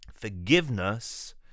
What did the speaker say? forgiveness